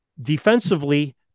Defensively